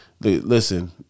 listen